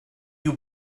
you